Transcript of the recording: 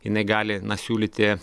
jinai gali na siūlyti